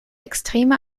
extreme